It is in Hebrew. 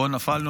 פה נפלנו,